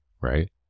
right